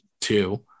two